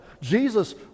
Jesus